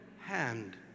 hand